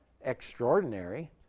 extraordinary